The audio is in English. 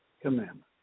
commandments